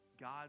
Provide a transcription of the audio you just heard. God